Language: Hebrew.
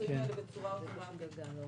הפיצויים האלה במהירות רבה יותר.